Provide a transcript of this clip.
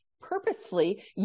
purposely